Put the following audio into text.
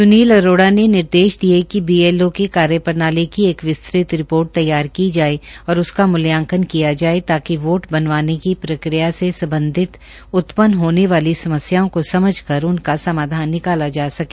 श्री अरोड़ा ने अधिकारियों को निर्देश दिए कि बीएलओ की कार्यप्रणाली की एक विस्तृत रिपोर्ट तैयार की जाए और उसका मुल्यांकन किया जाए ताकि वोट बनवाने की प्रक्रिया से संबंधित उत्पन्न होने वाली समस्याओं को समझ कर उनका समाधान निकाला जा सके